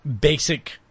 basic